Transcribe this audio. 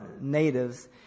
natives